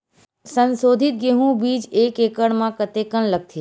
संसोधित गेहूं बीज एक एकड़ म कतेकन लगथे?